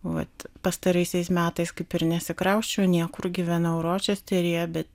vat pastaraisiais metais kaip ir nesikrausčiau niekur gyvenau ročesteryje bet